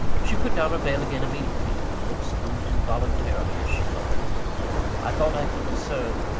she put down her veil again immediately her lips moved involuntarily as she lowered it i thought i could discern,